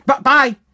Bye